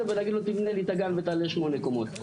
ולהגיד לו לבנות לי את הגן ולעלות שמונה קומות.